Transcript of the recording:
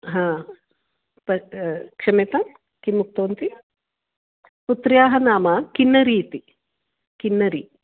हा प् क्षम्यतां किम् उक्तवती पुत्र्याः नाम किन्नरी इति किन्नरी